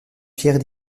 pierre